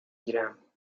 گیرم